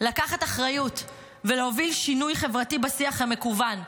לקחת אחריות ולהוביל שינוי חברתי בשיח המקוון,